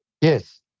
Yes